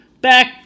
Back